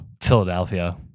philadelphia